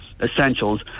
essentials